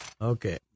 Okay